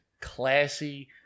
classy